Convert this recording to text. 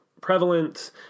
prevalent